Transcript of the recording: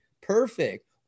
Perfect